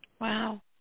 Wow